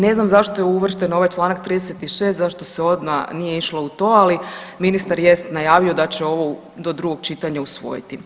Ne znam zašto je uvršten ovaj Članak 36., zašto se odmah nije išlo u to, ali ministar jest najavio da će ovo do drugog čitanja usvojiti.